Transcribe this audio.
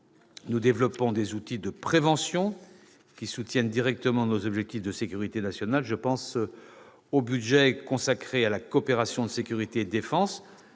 nous développons des outils de prévention qui soutiennent directement nos actions en matière de sécurité nationale. Je pense au budget consacré à la coopération de sécurité et de défense,